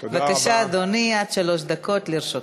בבקשה, אדוני, עד שלוש דקות לרשותך.